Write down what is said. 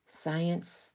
science